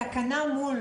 תקנה מול